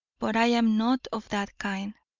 but i am not of that kind.